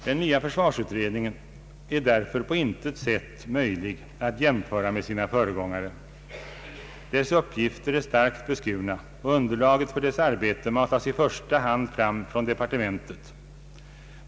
Den nya försvarsutredningen är därför på intet sätt möjlig att jämföra med sina föregångare. Dess uppgifter är starkt beskurna, och underlaget för dess arbete matas i första hand fram från departementet.